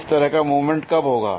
इस तरह का मूवमेंट कब होगा